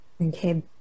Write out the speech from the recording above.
Okay